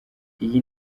iyi